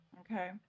Okay